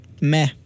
Meh